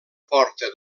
porta